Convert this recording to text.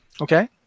Okay